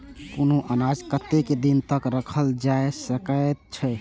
कुनू अनाज कतेक दिन तक रखल जाई सकऐत छै?